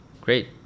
Great